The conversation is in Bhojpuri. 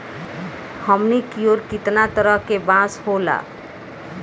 हमनी कियोर कितना तरह के बांस होला